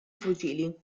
fucili